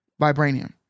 Vibranium